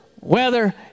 weather